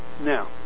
Now